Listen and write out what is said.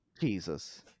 Jesus